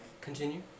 Continue